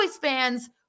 fans